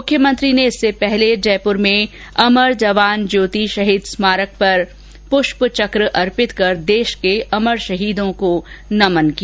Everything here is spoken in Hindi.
मुख्यमंत्री इससे पहले जयपुर में अमर जवान ज्योति शहीद स्मारक पर गए और पुष्पचक्र अर्पित कर देश के अमर शहीदों को नमन किया